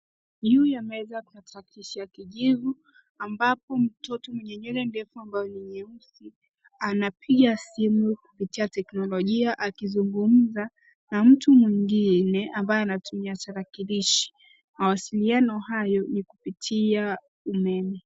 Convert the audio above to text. Juu ya meza kuna tarakilishi ya kijivu ambapo mtoto mwenye nywele ndefu na nyeusi ,anapiga simu kupitia teknolojia akizungumza na mtu mwingine ambaye anatumia tarakilishi. Mawasiliano hayo ni kupitia umeme.